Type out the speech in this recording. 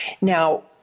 Now